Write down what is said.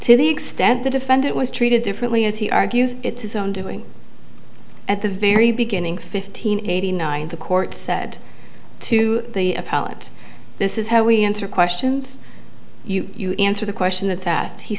to the extent the defendant was treated differently as he argues it's his own doing at the very beginning fifteen eighty nine the court said to the appellate this is how we answer questions you answer the question that